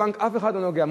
אף אחד לא נוגע.